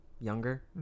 Younger